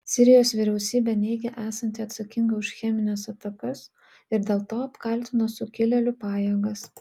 sirijos vyriausybė neigia esanti atsakinga už chemines atakas ir dėl to apkaltino sukilėlių pajėgas